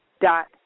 dot